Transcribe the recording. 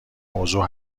موضوع